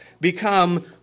become